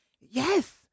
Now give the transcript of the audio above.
Yes